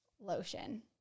lotion